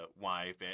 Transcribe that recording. wife